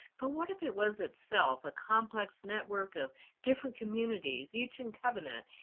but what if it was, itself, a complex network of different communities, each in covenant,